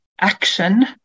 action